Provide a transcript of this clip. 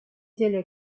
деле